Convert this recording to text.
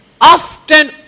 often